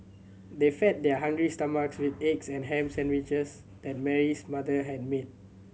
they fed their hungry stomachs with eggs and ham sandwiches that Mary's mother had made